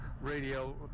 Radio